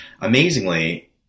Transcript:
Amazingly